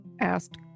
asked